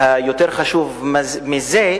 חשוב יותר מזה,